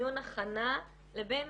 דיון הכנה לבין